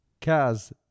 Kaz